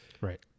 Right